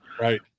right